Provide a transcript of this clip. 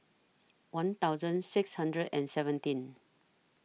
one thousand six hundred and seventeen